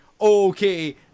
okay